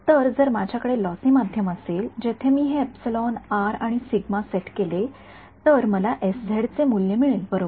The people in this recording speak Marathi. तर जर माझ्याकडे लॉसी माध्यम असेल जेथे मी हे एप्सिलॉन आर आणि सिग्मा सेट केले तर मला चे मूल्य मिळेल बरोबर